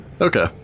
Okay